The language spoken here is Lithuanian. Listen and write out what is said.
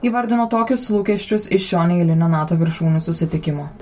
įvardino tokius lūkesčius iš šio neeilinio nato viršūnių susitikimo